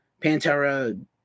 Pantera